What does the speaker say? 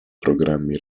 programmi